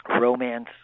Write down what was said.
romance